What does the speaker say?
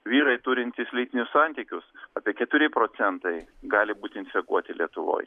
vyrai turintys lytinius santykius apie keturi procentai gali būti infekuoti lietuvoj